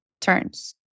turns